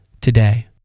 today